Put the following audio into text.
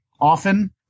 often